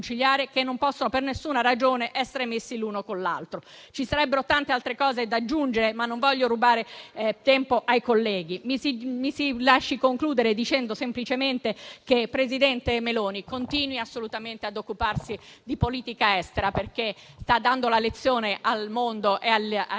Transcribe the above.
che non possono per alcuna ragione essere messi l'uno contro l'altro. Ci sarebbero tante altre cose da aggiungere, ma non voglio rubare tempo ai colleghi. Mi si lasci concludere dicendo semplicemente alla presidente Meloni di continuare assolutamente a occuparsi di politica estera, perché sta dando una lezione al mondo, al resto